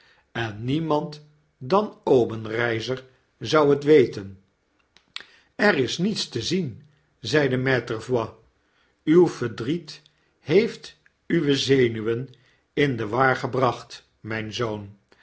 en demand dan obenreizer zou het weten er is niets te zien zeide maitre voigt uw verdriet heeft uwe zenuwen in de war gebracht myn zoon